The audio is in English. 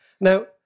Now